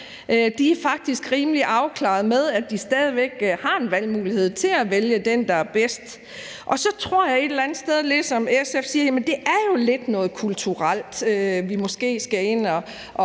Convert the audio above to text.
rimelig afklaret med, at de stadig væk har en valgmulighed for at vælge den, der er bedst. Og så tror jeg et eller andet sted, ligesom SF siger, at det jo lidt er noget kulturelt, vi måske skal ind at